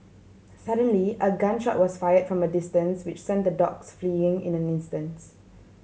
suddenly a gun shot was fire from a distance which sent the dogs fleeing in an instants